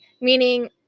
meaning